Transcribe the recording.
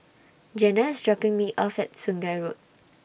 Jena IS dropping Me off At Sungei Road